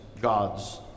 gods